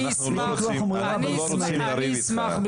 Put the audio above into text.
אני אשמח,